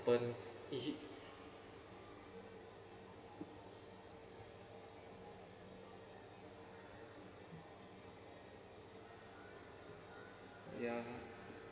happen ya